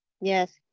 Yes